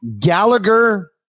Gallagher